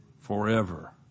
Forever